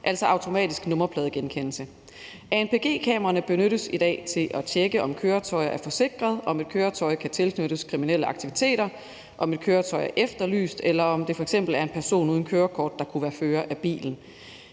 altså automatisk nummerpladegenkendelse. Anpg-kameraerne benyttes i dag til at tjekke, om køretøjer er forsikret, om et køretøj kan tilknyttes kriminelle aktiviteter, om et køretøj er efterlyst, eller om det f.eks. er en person uden kørekort, der kunne være fører af bilen.